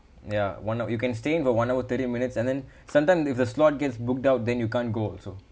ya why not you can stay in for one hour thirty minutes and then sometimes if the slot gets booked out then you can't go also